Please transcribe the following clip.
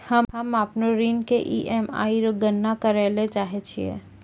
हम्म अपनो ऋण के ई.एम.आई रो गणना करैलै चाहै छियै